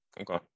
Okay